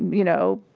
you know,